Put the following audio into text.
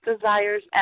desires